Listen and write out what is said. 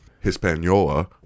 Hispaniola